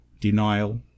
denial